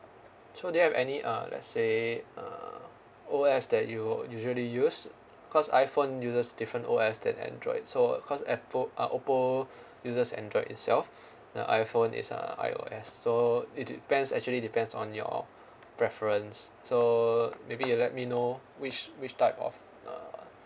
so do you have any uh let's say uh O_S that you usually use because I phone uses different O_S than android so because Apple uh Oppo uses android itself the iPhone is uh I_O_S so it depends actually depends on your preference so maybe you let me know which which type of uh